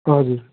हजुर